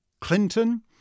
Clinton